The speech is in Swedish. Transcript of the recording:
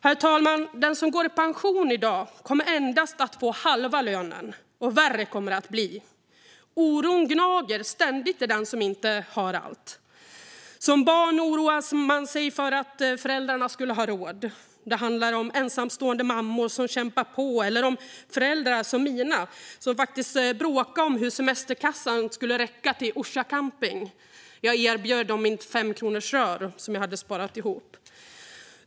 Herr talman! Den som går i pension i dag kommer endast att få halva lönen, och värre kommer det att bli. Oron gnager ständigt i den som inte har allt. Som barn oroade man sig för hur föräldrarna skulle ha råd. Det handlar om ensamstående mammor som kämpar på eller om föräldrar som mina, som faktiskt bråkade om hur semesterkassan skulle räcka till på Orsa Camping. Jag erbjöd dem mitt femkronorsrör, som jag hade sparat ihop.